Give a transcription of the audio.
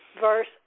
verse